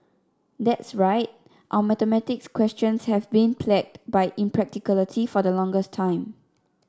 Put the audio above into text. that's right our mathematics questions have been plagued by impracticality for the longest time